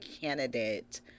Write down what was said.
candidate